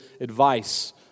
advice